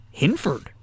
Hinford